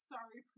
Sorry